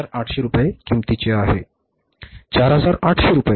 हे 4800 रुपये किमतीचे आहे 4800 रुपये